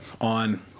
on